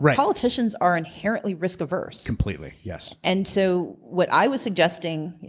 politicians are inherently risk averse. completely, yes. and so what i was suggesting.